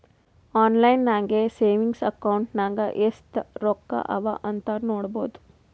online ನಾಗೆ savings account ನಾಗ್ ಎಸ್ಟ್ ರೊಕ್ಕಾ ಅವಾ ಅಂತ್ ನೋಡ್ಬೋದು